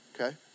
okay